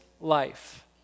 life